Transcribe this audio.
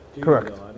correct